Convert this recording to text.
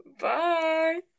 Bye